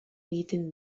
egiten